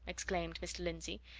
exclaimed mr. lindsey.